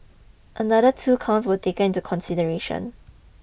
another two counts were taken to consideration